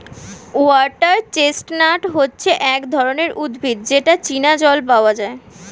water chestnut হচ্ছে এক ধরনের উদ্ভিদ যেটা চীনা জল পাওয়া যায়